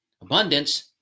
abundance